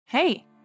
Hey